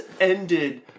ended